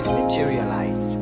materialize